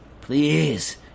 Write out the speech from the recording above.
Please